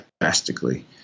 drastically